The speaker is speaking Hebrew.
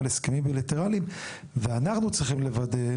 על הסכמים בילטרליים ואנחנו צריכים לוודא,